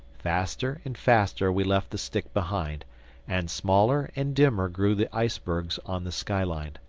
faster and faster we left the stick behind and smaller and dimmer grew the icebergs on the skyline.